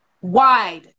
wide